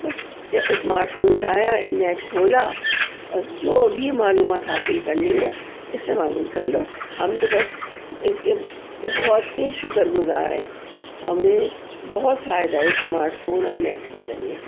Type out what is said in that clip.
بس smart phone اٹھایا net کھولا اور جو بھی معلومات حاصل کرنی ہے اس سے معلوم کرلو ہم تو بس اس کے بہت ہی شکر گزار ہیں ہمیں بہت فائدہ ہے اسمارٹ فون اور نیٹ کے ذریعے